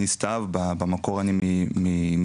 אני סתיו במקור אני מדימונה,